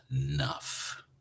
enough